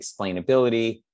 explainability